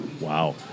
Wow